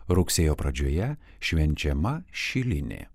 rugsėjo pradžioje švenčiama šilinė